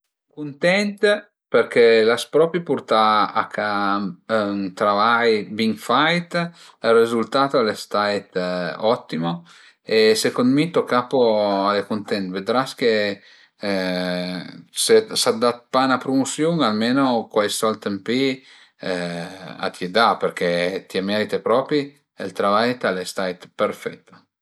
Cuntent perché l'as propi purtà a ca ün travai bin fait, ël rezultato al e stait ottimo e secund mi to capo al e cuntent, vëdras che s'a t'da pa 'na prumusiun almeno cuai sold ën pi a t'ie da perché t'ie merite propi, ël travai al e stait përfet